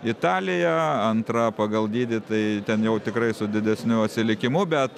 italija antra pagal dydį tai ten jau tikrai su didesniu atsilikimu bet